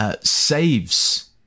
saves